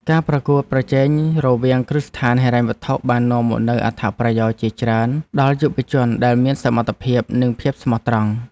ការប្រកួតប្រជែងរវាងគ្រឹះស្ថានហិរញ្ញវត្ថុបាននាំមកនូវអត្ថប្រយោជន៍ជាច្រើនដល់យុវជនដែលមានសមត្ថភាពនិងភាពស្មោះត្រង់។